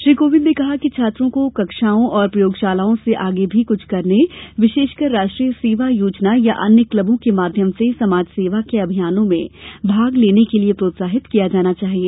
श्री कोविंद ने कहा कि छात्रों को कक्षाओं और प्रयोगशालाओं से आगे भी कृछ करने विशेषकर राष्ट्रीय सेवा योजना या अन्य क्लबों के माध्यम से समाज सेवा के अभियानों में भाग लेने के लिए प्रोत्साहित किया जाना चाहिए